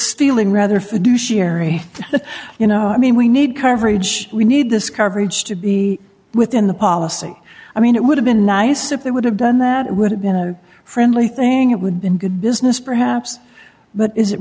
stealing rather fiduciary you know i mean we need coverage we need this coverage to be within the policy i mean it would have been nice if they would have done that it would have been a friendly thing it would be good business perhaps but is it